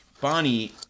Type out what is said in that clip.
Bonnie